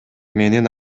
менин